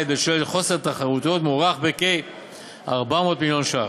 בשל חוסר התחרות מוערך ב-400 מיליון שקלים.